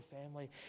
family